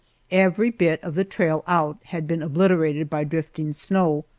every bit of the trail out had been obliterated by drifting snow,